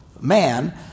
man